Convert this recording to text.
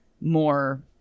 more